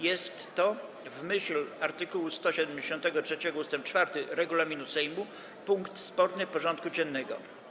Jest to, w myśl art. 173 ust. 4 regulaminu Sejmu, punkt sporny porządku dziennego.